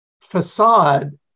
facade